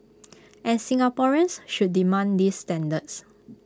and Singaporeans should demand these standards